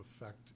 effect